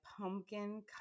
pumpkin